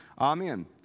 Amen